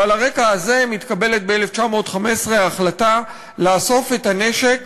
ועל הרקע הזה מתקבלת ב-1915 החלטה לאסוף את הנשק